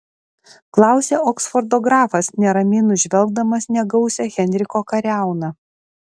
klausia oksfordo grafas neramiai nužvelgdamas negausią henriko kariauną